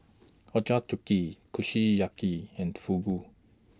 Ochazuke Kushiyaki and Fugu